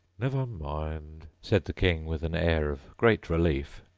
never mind said the king, with an air of great relief.